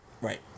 Right